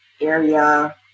area